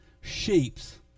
shapes